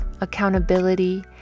accountability